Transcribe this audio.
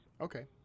Okay